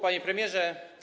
Panie Premierze!